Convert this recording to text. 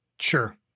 Sure